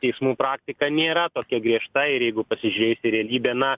teismų praktika nėra tokia griežta ir jeigu pasižėjus į realybę na